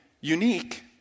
Unique